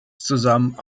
zusammen